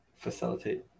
facilitate